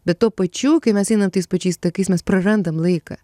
bet tuo pačiu kai mes einam tais pačiais takais mes prarandam laiką